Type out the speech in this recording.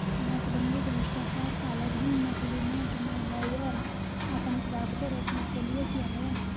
नोटबंदी भ्रष्टाचार, कालाधन, नकली नोट, महंगाई और आतंकवाद को रोकने के लिए किया गया